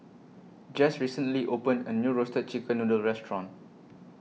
Jess recently opened A New Roasted Chicken Noodle Restaurant